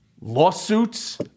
lawsuits